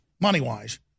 money-wise